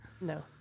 No